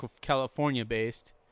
California-based